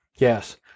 Yes